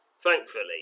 Thankfully